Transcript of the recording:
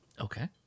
Okay